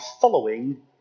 following